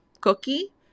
cookie